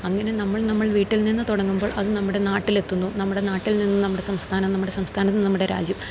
അങ്ങനെ നമ്മൾ നമ്മൾ വീട്ടിൽ നിന്ന് തുടങ്ങുമ്പോൾ അത് നമ്മുടെ നാട്ടിലെത്തുന്നു നമ്മുടെ നാട്ടിൽ നിന്ന് നമ്മുടെ സംസ്ഥാനം നമ്മുടെ സംസ്ഥാനത്ത് നിന്ന് നമ്മുടെ രാജ്യം